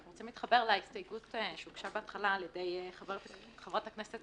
אנחנו רוצים להתחבר להסתייגות שהוגשה בהתחלה על ידי חברת הכנסת